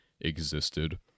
existed